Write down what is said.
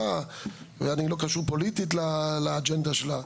ואני לא קשור פוליטית לאג'נדה שלה,